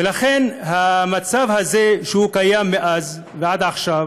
ולכן, המצב הזה, שקיים מאז ועד עכשיו,